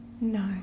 no